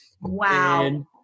Wow